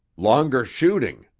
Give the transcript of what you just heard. longer shooting,